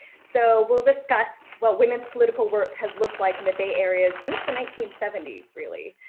so, we'll discuss what women's political work has looked like in the bay area since the nineteen seventy s really,